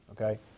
okay